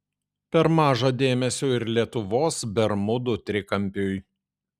per maža dėmesio ir lietuvos bermudų trikampiui